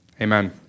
amen